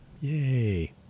Yay